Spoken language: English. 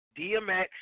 DMX